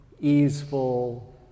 easeful